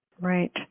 Right